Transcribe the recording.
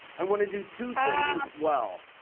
i want to do two things well.